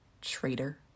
Traitor